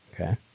Okay